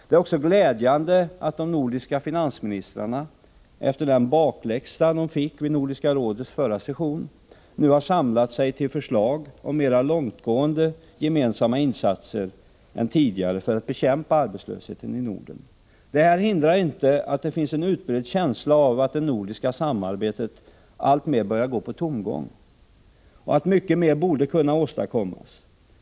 Det är också glädjande att de nordiska finansministrarna, efter den bakläxa de fick vid Nordiska rådets förra session, nu har samlat sig till förslag om mera långtgående gemensamma insatser än tidigare för att bekämpa arbetslösheten i Norden. Det här hindrar inte att det finns en utbredd känsla av att det nordiska samarbetet alltmer går på tomgång och att mycket mer borde kunna åstadkommas.